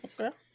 Okay